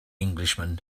englishman